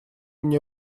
мне